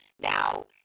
Now